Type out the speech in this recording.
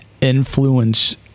influence